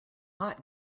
hot